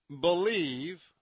believe